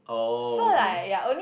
oh okay